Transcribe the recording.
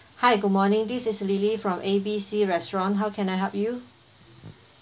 hi good morning this is lily from A B C restaurant how can I help you